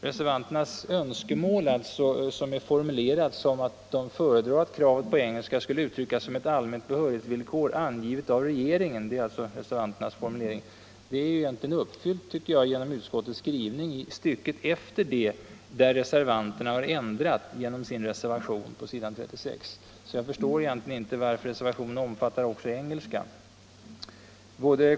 Reservan ternas önskemål, formulerat som om de föredrar att kravet på engelska skulle uttryckas som ett allmänt behörighetsvillkor angivet av regeringen, är således uppfyllt genom utskottets skrivning på s. 36 i stycket efter det reservanterna ändrat genom sin reservation. Jag förstår egentligen inte varför reservationen omfattar även engelska.